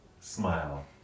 smile